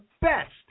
best